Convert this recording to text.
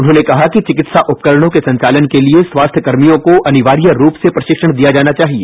उन्होंने कहा कि चिकित्सा उपकरणों के संचालन के लिए स्वास्थ्य कर्मियों को अनिवार्य रूप से प्रशिक्षण दिया जाना चाहिए